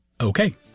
Okay